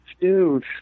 dude